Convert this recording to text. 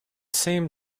same